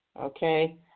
okay